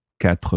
quatre